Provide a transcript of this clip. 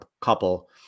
couple